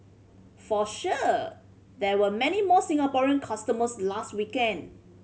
for sure there were many more Singaporean customers last weekend